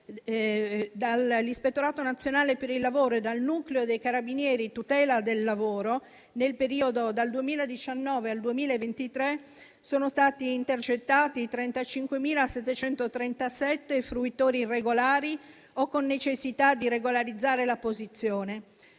dall'Ispettorato nazionale per il lavoro e dal Nucleo dei carabinieri tutela del lavoro nel periodo dal 2019 al 2023 sono stati intercettati 35.737 fruitori irregolari o con necessità di regolarizzare la posizione.